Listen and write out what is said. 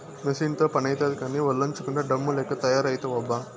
మెసీనుతో పనైతాది కానీ, ఒల్లోంచకుండా డమ్ము లెక్క తయారైతివబ్బా